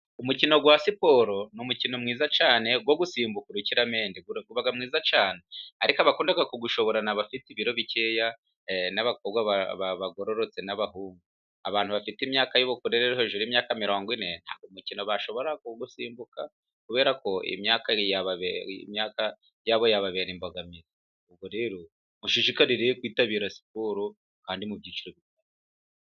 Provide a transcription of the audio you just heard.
Umukino wa siporo ni umukino mwiza cyane, wo gusimbuka urukiramende uba mwiza cyane, ariko abakunda kuwushobora ni abafite ibiro bikeya n'abakobwa bagororotse n'abahungu. Abantu bafite imyaka y'ubukure rero hejuru y'imyaka mirongwine ntabwo uyu mukino bashobora kuwusimbuka, kubera ko imyaka yabo yababere imbogamizi. Ubwo rero mushishikarire kwitabira siporo kandi mu byiciro bi....